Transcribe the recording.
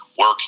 work